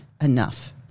enough